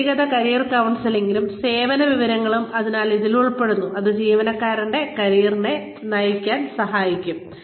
വ്യക്തിഗത കരിയർ കൌൺസിലിംഗും വിവര സേവനങ്ങളും അതിനാൽ ഇതിൽ ഉൾപ്പെടുന്നു അത് ജീവനക്കാരന്റെ കരിയറിനെ നയിക്കാൻ സഹായിക്കും